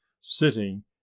sitting